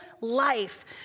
life